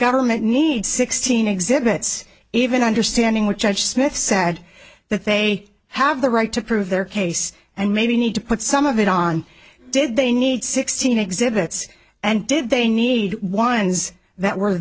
government need sixteen exhibits even understanding which i just smith said that they have the right to prove their case and maybe need to put some of it on did they need sixteen exhibits and did they need ones that were